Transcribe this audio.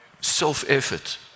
self-effort